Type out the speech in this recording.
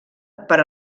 per